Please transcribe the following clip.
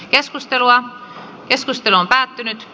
keskustelua ei syntynyt